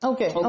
Okay